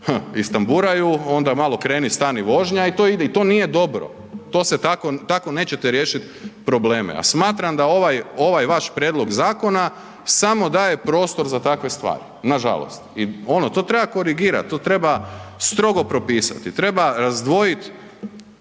istamburaju, onda malo kreni, stani vožnja i to nije dobro, tako nećete riješit probleme a smatram da ovaj vaš prijedlog zakona samo daje prostor za takve stvari, nažalost i to treba korigirat, to treba strogo propisati, treba razdvojit